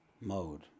mode